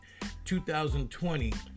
2020